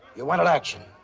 you wanted action,